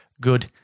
good